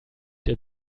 der